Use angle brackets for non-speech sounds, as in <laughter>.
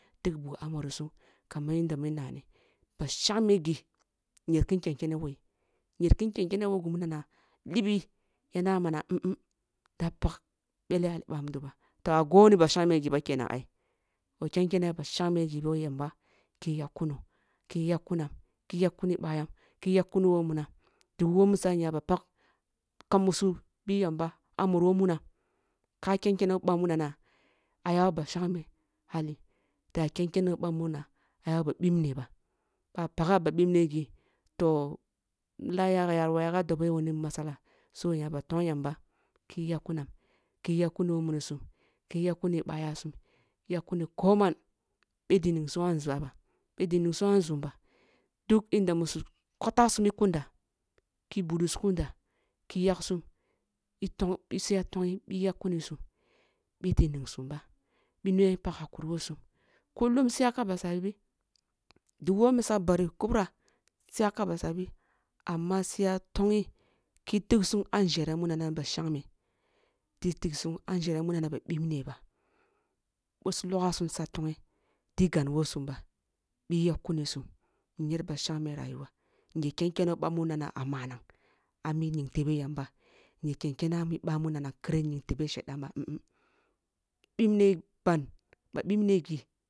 Tog bugh ah murisum kaman yand mu nnani ba shangme ghi njer kin ken kene woh yi nyer kin ken kene woh ghumu nana nbi ya na <hesitation> da pag bele hali ya ъa mud oba toh a goh ni ba shangne mu dba kenan ai wa ken kene ba shangme <unintelligible> woh yamba ki yak kuno ki ya kunam ki yak kum bah yam ke yak kun woh munam dugu who mesa nya ba pag kam musu ъi yamba ah muri woh munam ka ken kene woh ba munna ayawoh bah ъibne bah bah pagha ba bibne ghi toh lene ya gha rayuwa yaga ya dobe wuni masala so nya ba tong yamba ki yak kunam ki yak kwu woh muni sum ki yakkum ъah ya sum yakkun. Kou mara ъidi ningsum ah nzwa ba ъi di ningsu ah nzum ba duk inda bi su kota sum bi kunja ki budi skunda ki yaksum itong ker siya tongyi i yakkunisum kei ɗi ning sum ba bi nuwe pag hakuri woh su kullum siya kam ah ba salbi dugu who zmisa bari kubra siyaka ba salbi ama siya tong yi ki tig sum ah njere munana ni ba shangme ditik sum an njere munana ba bibne ba boh su logha sum sa tonghe di gan woh sum ba bih yak kuni sum nyer ba shangme yayuwa nyer ken kene who bah munana ah manaeng ah mi nying tebeh yamba nye ken kene ami ba munana khere ni tebe shedan ba <hesitation> bibne ban ba ъibne ghi